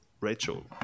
Rachel